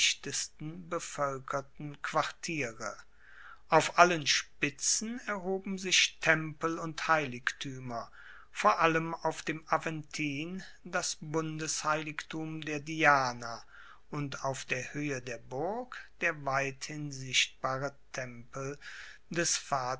bevoelkerten quartiere auf allen spitzen erhoben sich tempel und heiligtuemer vor allem auf dem aventin das bundesheiligtum der diana und auf der hoehe der burg der weithin sichtbare tempel des